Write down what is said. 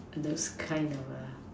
those kind of lah